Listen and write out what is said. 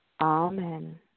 Amen